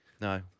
No